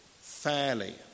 fairly